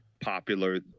popular